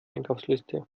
einkaufsliste